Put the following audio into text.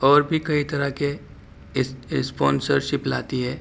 اور بھی کئی طرح کے اس اسپانسرشپ لاتی ہے